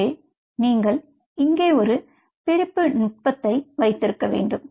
எனவே நீங்கள் இங்கே ஒரு பிரிப்பு நுட்பத்தை வைத்திருக்க வேண்டும்